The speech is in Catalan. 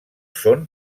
són